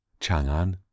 Chang'an